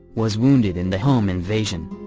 was wounded in the home invasion.